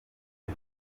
ejo